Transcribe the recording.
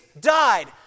died